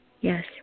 Yes